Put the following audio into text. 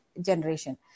generation